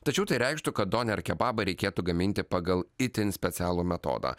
tačiau tai reikštų kad doner kebabą reikėtų gaminti pagal itin specialų metodą